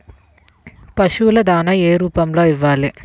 పశువుల దాణా ఏ రూపంలో ఇవ్వాలి?